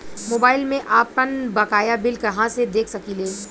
Mobile में आपनबकाया bill कहाँसे देख सकिले?